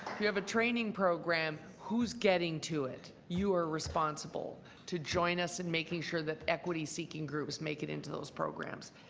we have a training program who is getting to it. you are responsible to join us in making sure that equity seek seeking groups make it into those programs.